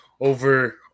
over